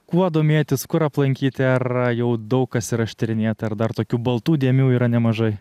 kuo domėtis kur aplankyti ar jau daug kas yra ištyrinėta ar dar tokių baltų dėmių yra nemažai